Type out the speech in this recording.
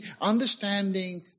understanding